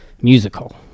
musical